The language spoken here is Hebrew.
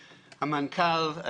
המנכ"ל,